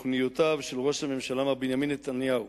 תוכניותיו של ראש הממשלה, מר בנימין נתניהו,